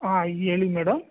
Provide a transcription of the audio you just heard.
ಹಾಂ ಹೇಳಿ ಮೇಡಮ್